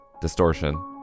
distortion